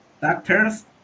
doctors